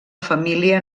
família